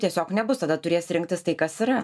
tiesiog nebus tada turės rinktis tai kas yra